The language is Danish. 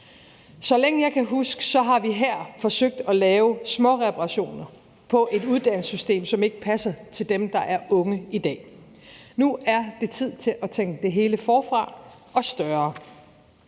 Så længe jeg kan huske, har vi herinde forsøgt at lave småreparationer på et uddannelsessystem, som ikke passer til dem, der er unge i dag. Nu er det tid til at tænke det hele forfra og tænke